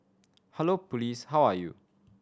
hello police how are you